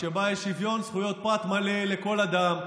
שבה יש שוויון זכויות פרט מלא לכל אדם,